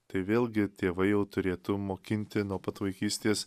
tai vėlgi tėvai jau turėtų mokinti nuo pat vaikystės